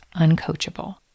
uncoachable